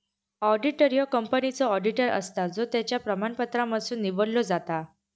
auditor ह्यो कंपनीचो auditor असता जो त्याच्या प्रमाणपत्रांमधसुन निवडलो जाता